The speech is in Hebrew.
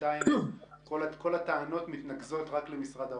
בינתיים כל הטענות מתנקזות רק למשרד האוצר,